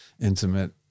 intimate